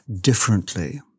differently